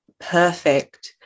perfect